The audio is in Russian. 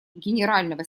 генерального